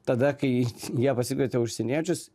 tada kai jie pasikvietė užsieniečius